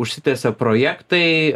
užsitęsė projektai